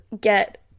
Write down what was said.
get